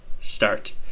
start